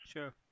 Sure